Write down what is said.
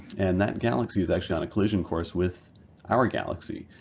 and that galaxy is actually on a collision course with our galaxy.